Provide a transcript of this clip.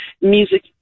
music